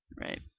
Right